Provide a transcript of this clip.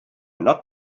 not